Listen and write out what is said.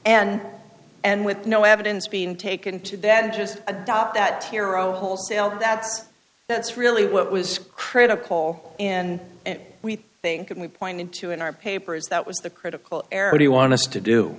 and and with no evidence being taken to then just adopt that hero wholesale that's that's really what was critical and we think and we pointed to in our papers that was the critical error do you want us to do